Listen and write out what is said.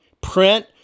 print